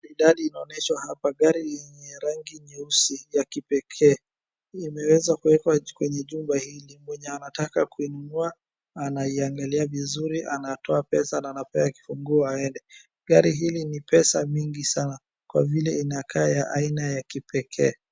Idadi inaonyeshwa hapa. Gari yenye rangi nyeusi ya kipekee. Imeweza kuwekwa kwenye jumba hili. Mwenye anataka kuinunua, anaiangalia vizuri, anatoa pesa, na anapewa kifunguo aende. Gari hili ni pesa mingi sana kwa vile inakaa ya aina ya kipekee.